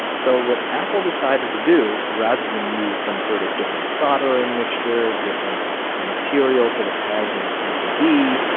so what apple decided to do rather than use some sort of different soldering mixture, different and material for the pads on and the pcb,